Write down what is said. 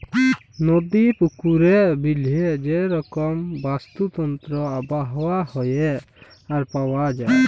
নদি, পুকুরে, বিলে যে রকম বাস্তুতন্ত্র আবহাওয়া হ্যয়ে আর পাওয়া যায়